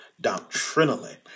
doctrinally